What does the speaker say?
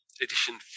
Edition